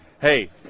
hey